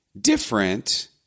different